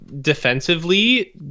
defensively